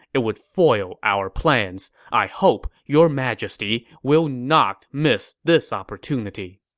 it would foil our plans. i hope your majesty will not miss this opportunity.